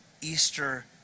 Easter